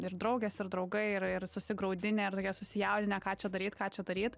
ir draugės ir draugai ir ir susigraudinę ir tokie susijaudinę ką čia daryt ką čia daryt